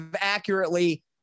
accurately